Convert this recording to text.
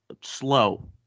slow